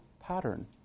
pattern